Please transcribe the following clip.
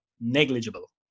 negligible